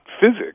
physics